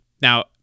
Now